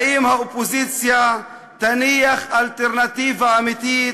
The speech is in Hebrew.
האם האופוזיציה תניח אלטרנטיבה אמיתית,